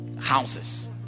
houses